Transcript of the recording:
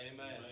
Amen